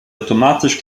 automatisch